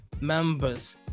members